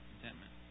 Contentment